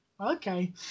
Okay